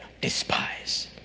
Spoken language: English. despise